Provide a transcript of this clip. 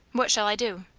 what shall i do?